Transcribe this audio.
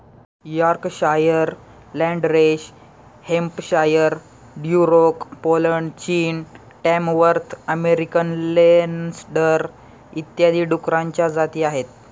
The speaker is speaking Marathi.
Yorkshire, Landrace Hampshire, Duroc Poland, चीन, टॅमवर्थ अमेरिकन लेन्सडर इत्यादी डुकरांच्या जाती आहेत